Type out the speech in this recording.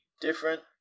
different